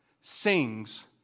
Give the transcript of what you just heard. sings